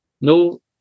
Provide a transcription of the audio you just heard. no